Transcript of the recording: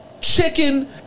chicken